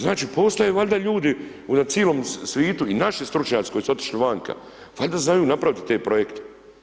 Znači, postoje valjda ljudi u cilom svitu i naši stručnjaci koji su otišli vanka, valjda znaju napraviti te projekte.